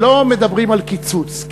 שלא מדברים על קיצוץ.